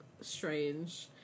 strange